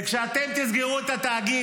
כשאתם תסגרו את התאגיד,